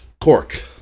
Cork